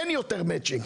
אין יותר מצ'ינג.